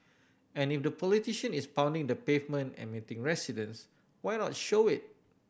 and if the politician is pounding the pavement and meeting residents why not show it